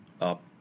up